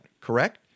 Correct